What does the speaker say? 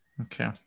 Okay